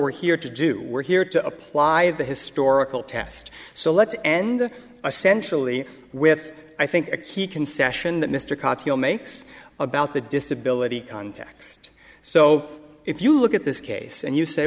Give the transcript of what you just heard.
we're here to do we're here to apply the historical test so let's end a sensually with i think a key concession that mr carville makes about the disability context so if you look at this case and you say